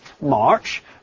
March